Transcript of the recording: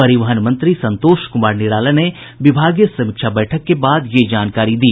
परिवहन मंत्री संतोष कुमार निराला ने विभागीय समीक्षा बैठक के बाद यह जानकारी दी